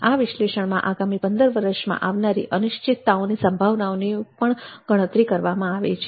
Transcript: આ વિષ્લેષણમા આગામી ૧૫ વર્ષમાં આવનારી અનિશ્ચિતતાઓની સંભાવનાઓની પણ ગણતરી કરવામાં આવે છે